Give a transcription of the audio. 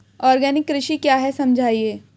Organic कृषि क्या है समझाइए?